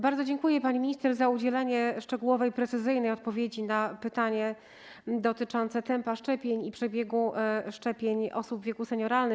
Bardzo dziękuję pani minister za udzielenie szczegółowej i precyzyjnej odpowiedzi na pytanie dotyczące tempa szczepień i przebiegu szczepień osób w wieku senioralnym.